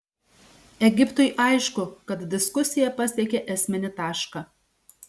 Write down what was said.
egiptui aišku kad diskusija pasiekė esminį tašką